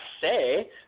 say